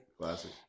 classic